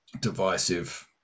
divisive